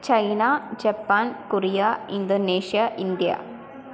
China Japan Korea Indonesia India